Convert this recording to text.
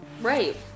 Right